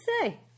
say